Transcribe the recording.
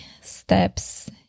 steps